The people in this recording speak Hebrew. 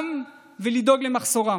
לימינם ולדאוג למחסורם,